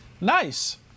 Nice